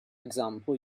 example